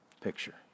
picture